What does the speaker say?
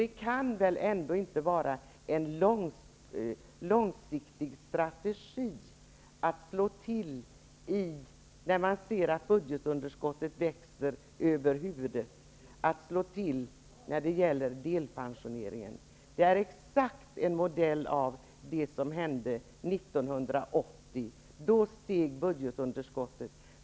Det kan väl ändå inte vara en långsiktig strategi, när man ser att budgetunderskottet växer oss över huvudet, att slå till när det gäller delpensioneringen. Det är en exakt modell av det som hände 1980. Då steg budgetunderskottet.